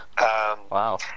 Wow